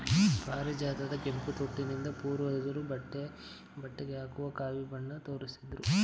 ಪಾರಿಜಾತದ ಕೆಂಪು ತೊಟ್ಟಿನಿಂದ ಪೂರ್ವಜರು ಬಟ್ಟೆಗೆ ಹಾಕುವ ಕಾವಿ ಬಣ್ಣ ತಯಾರಿಸುತ್ತಿದ್ರು